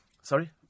Sorry